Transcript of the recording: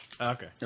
Okay